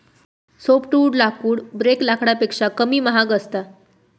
softwood लाकूड ब्रेड लाकडापेक्षा कमी महाग असता